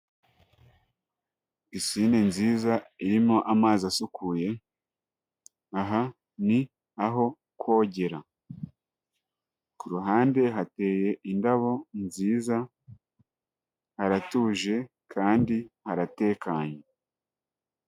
Pisine nziza irimo amazi asukuye, aha ni aho kogera. Ku ruhande hateye indabo nziza, haratuje kandi haratekanye.